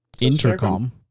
intercom